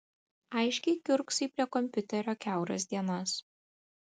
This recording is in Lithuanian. aiškiai kiurksai prie kompiuterio kiauras dienas